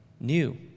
new